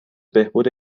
بهبود